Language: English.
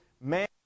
Man